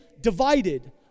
divided